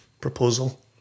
proposal